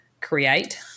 create